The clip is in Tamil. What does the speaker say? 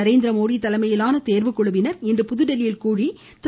நரேந்திரமோடி தலைமையிலான தேர்வு குழுவினர் இன்று புதுதில்லியில் கூடி திரு